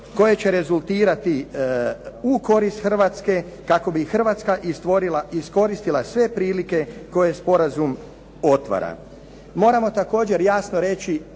koje će rezultirati u korist Hrvatske kako bi Hrvatska iskoristila sve prilike koje sporazum otvara. Moramo također jasno reći